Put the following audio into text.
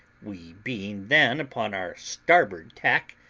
we being then upon our starboard tack,